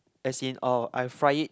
as in uh I fry it